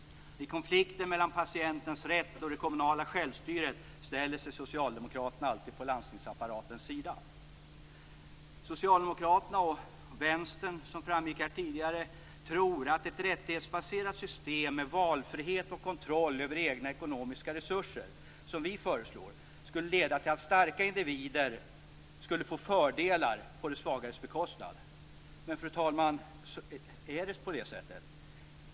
I konflikten mellan patientens rätt och det kommunala självstyret ställer sig socialdemokraterna alltid på landstingsapparatens sida. Socialdemokraterna och Vänstern tror, som framgick här tidigare, att ett rättighetsbaserat system med valfrihet och kontroll över egna ekonomiska resurser, som vi föreslår, skulle leda till att starka individer får fördelar på de svagares bekostnad. Fru talman! Är det på det sättet?